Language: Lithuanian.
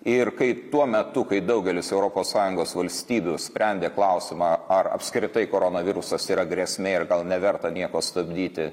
ir kai tuo metu kai daugelis europos sąjungos valstybių sprendė klausimą ar apskritai koronavirusas yra grėsmė ir gal neverta nieko stabdyti